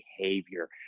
behavior